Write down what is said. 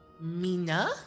Mina